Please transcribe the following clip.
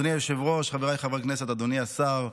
אדוני היושב-ראש, חבריי חברי הכנסת, אדוני השר,